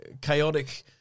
chaotic